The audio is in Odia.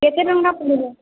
କେତେ ଟଙ୍କା ପଡ଼ିବ